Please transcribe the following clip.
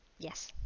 Yes